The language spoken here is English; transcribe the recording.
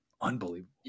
Unbelievable